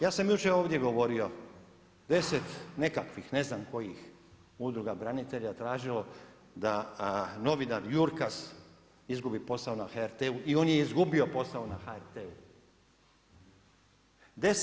Ja sam jučer ovdje govorio, 10 nekakvih, ne znam kojih udruga branitelja je tražilo da novinar Jurkas izgubi posao na HRT-u i on je izgubio posao na HRT-u.